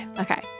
Okay